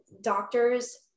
doctors